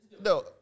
No